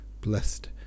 Blessed